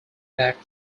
back